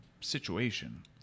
situation